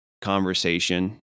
conversation